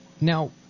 Now